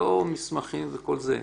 לא במסמכים וכל זה.